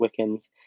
Wiccans